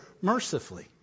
mercifully